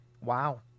Wow